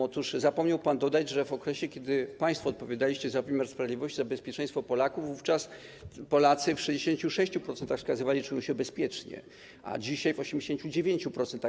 Otóż zapomniał pan dodać, że w okresie, kiedy państwo odpowiadaliście za wymiar sprawiedliwości, za bezpieczeństwo Polaków, Polacy w 66% wskazywali, że czują się bezpiecznie, a dzisiaj w 89%.